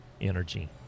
energy